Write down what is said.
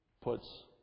puts